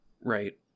Right